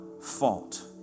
fault